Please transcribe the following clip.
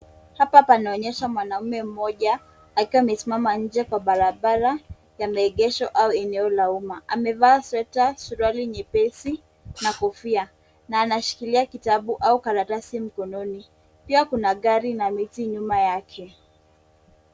Hapa panaonyesha mwanaume mmoja akiwa amesimama nje ya barabara ya maegesho au eneo la umma. Amevaa sweta, suruali nyepesi na kofia, na anashikilia kitabu au karatasi mkononi, pia kuna gari na miti nyuma yake.